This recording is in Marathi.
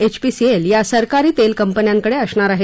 एचपीसीएल या सरकारी तेल कंपन्यांकडे असणार आहे